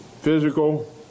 physical